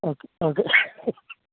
okay okay